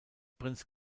prinz